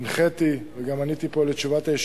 הנחיתי, וגם עניתי פה ליושב-ראש,